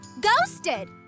ghosted